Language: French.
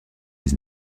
dix